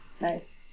nice